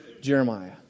Jeremiah